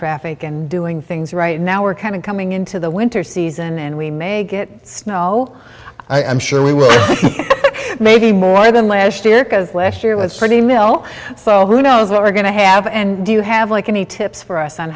traffic and doing things right now are kind of coming into the winter season and we may get snow i am sure we were maybe more than last year to last year was pretty mellow so who knows what we're going to have and you have like any tips for us on